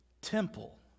temple